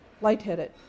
lightheaded